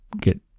get